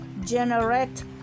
generate